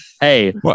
Hey